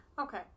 Okay